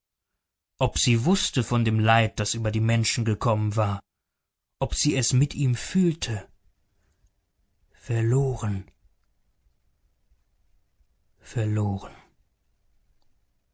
ob sie wußte von dem leid das über die menschen gekommen war ob sie es mit ihm fühlte verloren verloren